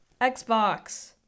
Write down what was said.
Xbox